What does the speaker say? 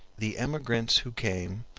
the emigrants who came,